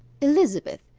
elizabeth,